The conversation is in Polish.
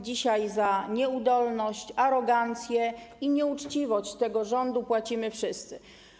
Dzisiaj za nieudolność, arogancję i nieuczciwość tego rządu płacimy wszyscy.